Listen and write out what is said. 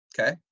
Okay